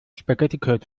spaghetticode